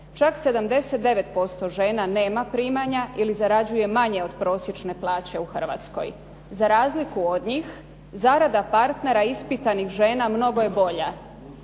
Čak 79% žena nema primanja ili zarađuje manje od prosječne plaće u Hrvatskoj. Za razliku od njih zarada partnera ispitanih žena mnogo je bolja.